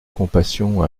compassion